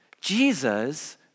Jesus